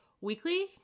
weekly